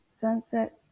Sunset